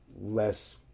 less